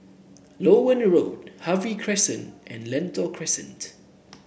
Loewen Road Harvey Crescent and Lentor Crescent